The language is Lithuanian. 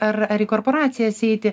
ar ar į korporacijas eiti